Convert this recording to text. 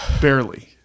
Barely